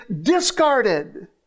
discarded